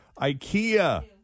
ikea